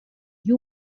you